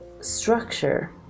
structure